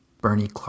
Bernie